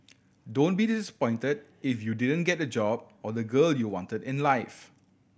don't be disappointed if you didn't get the job or the girl you wanted in life